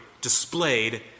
displayed